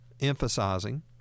emphasizing